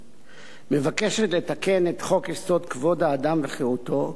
מבקשת לתקן את חוק-יסוד: כבוד האדם וחירותו,